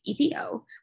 EPO